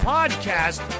Podcast